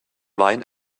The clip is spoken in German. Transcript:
wein